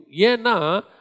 Yena